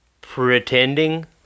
pretending